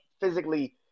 physically